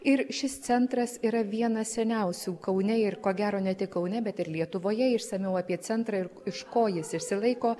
ir šis centras yra vienas seniausių kaune ir ko gero ne tik kaune bet ir lietuvoje išsamiau apie centrą ir iš ko jis išsilaiko